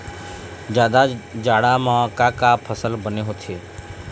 जादा जाड़ा म का का फसल बने होथे?